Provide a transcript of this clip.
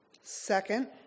second